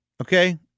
okay